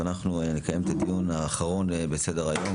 ואנחנו נקיים את הדיון האחרון בסדר-היום,